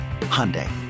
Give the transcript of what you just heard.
Hyundai